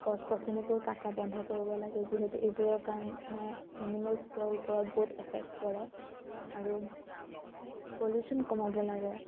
গছ গছনিবোৰ কটা বন্ধ কৰিব লাগে যিহেতু এইবোৰৰ কাৰণে এনিমেলচবোৰৰ ওপৰত বহুত এফেক্ট পৰে আৰু প্যলুশ্যন কমাব লাগে